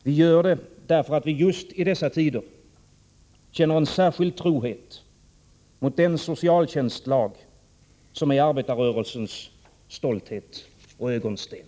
Vi gör det därför att vi just i dessa tider känner en särskild trohet mot den socialtjänstlag som är arbetarrörelsens stolthet och ögonsten.